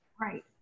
Right